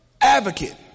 advocate